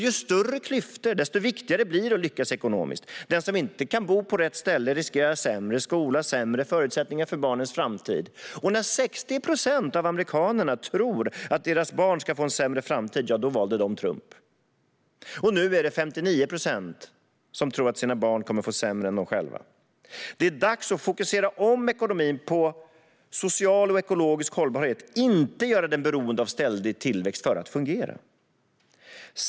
Ju större klyftor, desto viktigare blir det att lyckas ekonomiskt. Den som inte kan bo på rätt ställe riskerar en sämre skola och sämre förutsättningar för barnens framtid. När 60 procent av amerikanerna trodde att deras barn skulle få en sämre framtid valde de Trump. Nu är det 59 procent som tror att deras barn kommer att få det sämre än de själva. Det är dags att fokusera om ekonomin på social och ekologisk hållbarhet och inte göra den beroende av ständig tillväxt för att fungera.